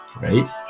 right